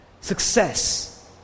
Success